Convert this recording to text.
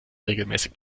regelmäßig